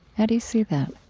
how do you see that?